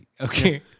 okay